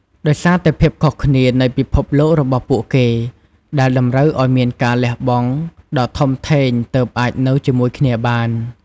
ដោយសារតែភាពខុសគ្នានៃពិភពលោករបស់ពួកគេ ដែលតម្រូវឱ្យមានការលះបង់ដ៏ធំធេងទើបអាចនៅជាមួយគ្នាបាន ។